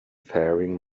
faring